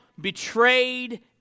betrayed